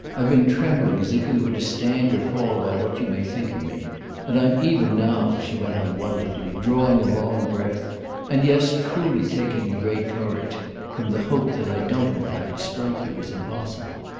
i've been trembling as if we were to stand or fall by what you may think of me and i'm even now, she went on wonderfully, drawing a long breath and, yes, truly taking a great courage from the hope that i don't in fact strike you as impossible.